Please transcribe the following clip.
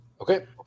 okay